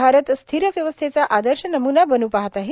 भारत स्थिर व्यवस्थेचा आदर्श नमूना बनत आहे